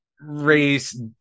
race